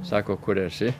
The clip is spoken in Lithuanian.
sako kur esi